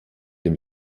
dem